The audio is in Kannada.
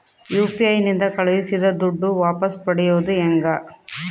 ಯು.ಪಿ.ಐ ನಿಂದ ಕಳುಹಿಸಿದ ದುಡ್ಡು ವಾಪಸ್ ಪಡೆಯೋದು ಹೆಂಗ?